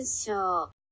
show